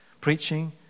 Preaching